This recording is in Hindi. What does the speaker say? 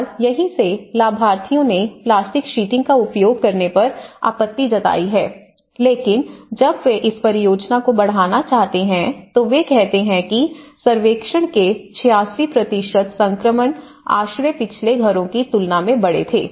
और यहीं से लाभार्थियों ने प्लास्टिक शीटिंग का उपयोग करने पर आपत्ति जताई है लेकिन जब वे इस परियोजना को बढ़ाना चाहते हैं तो वे कहते हैं कि सर्वेक्षण के 86 संक्रमण आश्रय पिछले घरों की तुलना में बड़े थे